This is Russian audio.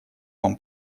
вам